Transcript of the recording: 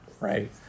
right